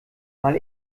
mal